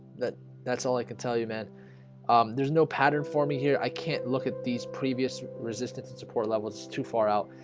that's all i can tell you man there's no pattern forming here. i can't look at these previous resistance and support level it's too far out,